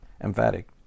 emphatic